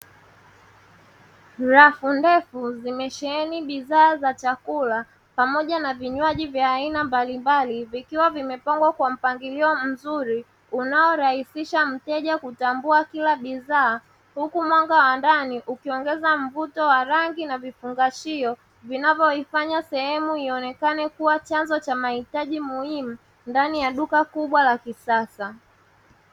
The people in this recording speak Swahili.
Rafu ndefu zimesheheni bidhaa za chakula pamoja na vinywaji vya aina mbalimbali vikiwa vimepangwa kwa mpagilio mzuri unaorahisisha mteja kutambua kila bidhaa, huku mwanga wa ndani ukiongeza mvuto wa rangi na vifungashio vinavyoifanya sehemu ionekane kuwa chanzo cha mahitaji muhimu ndani ya duka kubwa la kisasa.